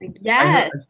Yes